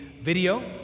video